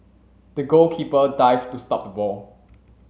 the goalkeeper dived to stop the ball